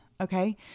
Okay